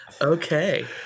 Okay